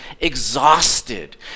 exhausted